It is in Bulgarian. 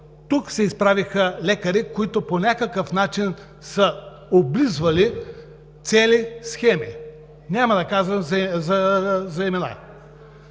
Тук се изправиха лекари, които по някакъв начин са „облизвали“ цели схеми! Няма да казвам имена.